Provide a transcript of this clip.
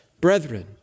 brethren